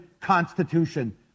Constitution